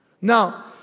Now